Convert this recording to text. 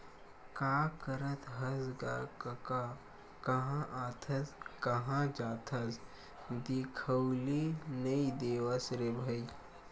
का करत हस गा कका काँहा आथस काँहा जाथस दिखउले नइ देवस रे भई?